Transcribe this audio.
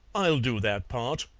i'll do that part.